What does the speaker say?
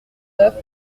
neuf